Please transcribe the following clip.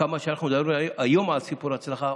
שכמה שאנחנו מדברים היום על סיפור הצלחה,